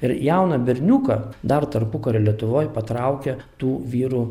ir jauną berniuką dar tarpukario lietuvoj patraukė tų vyrų